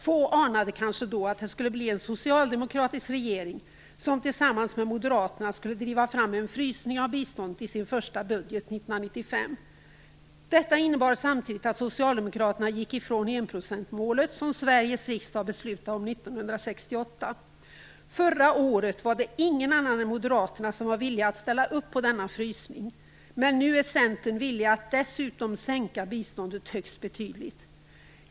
Få anade kanske då att det skulle bli en socialdemokratisk regering som tillsammans med moderaterna skulle driva fram en frysning av biståndet i sin första budget 1995. Detta innebar samtidigt att socialdemokraterna gick ifrån enprocentsmålet, som Sveriges riksdag beslutade om 1968. Förra året var det inte några andra än moderaterna som var villiga att ställa upp på denna frysning. Men nu är man i Centern dessutom villig att sänka biståndet högst betydligt.